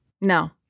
no